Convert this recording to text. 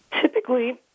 Typically